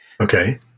Okay